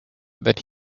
that